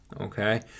okay